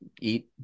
eat